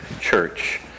church